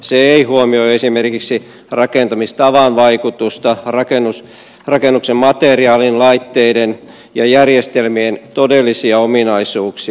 se ei huomioi esimerkiksi rakentamistavan vaikutusta rakennuksen materiaalien laitteiden ja järjestelmien todellisia ominaisuuksia